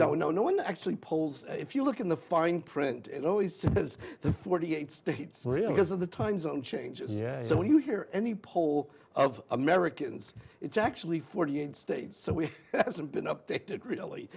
no no no one actually polls if you look in the fine print it always says the forty eight states really because of the time zone changes so when you hear any poll of americans it's actually forty eight states so we have been updated really